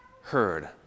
heard